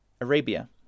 Arabia